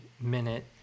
minute